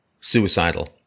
suicidal